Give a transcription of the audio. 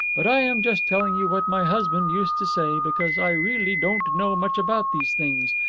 but i am just telling you what my husband used to say, because i really don't know much about these things,